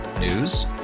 News